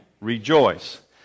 Rejoice